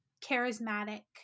Charismatic